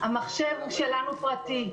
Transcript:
המחשב שלנו פרטי,